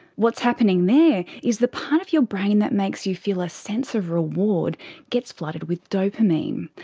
what's happening there is the part of your brain that makes you feel a sense of reward gets flooded with dopamine.